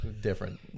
different